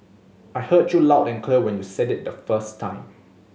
I heard you loud and clear when you said it the first time